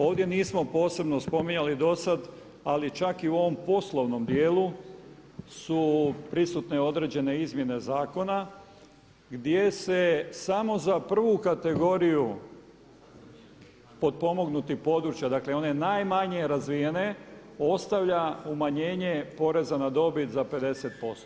Ovdje nismo posebno spominjali do sada ali i čak u ovom poslovnom dijelu su prisute određene izmjene zakona gdje se samo za prvu kategoriju potpomognutih područja, dakle one najmanje razvijene, ostavlja umanjenje poreza na dobit za 50%